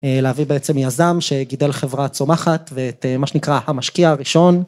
להביא בעצם יזם שגידל חברה צומחת ואת מה שנקרא המשקיע הראשון.